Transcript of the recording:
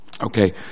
Okay